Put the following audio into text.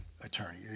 attorney